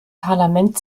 parlament